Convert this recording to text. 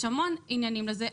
יש המון עניינים לזה,